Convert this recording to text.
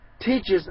teaches